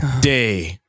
day